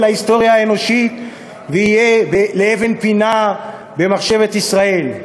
להיסטוריה האנושית ויהיה לאבן פינה במחשבת ישראל.